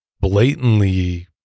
blatantly